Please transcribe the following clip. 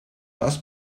das